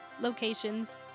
locations